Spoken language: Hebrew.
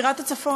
על בירת הצפון,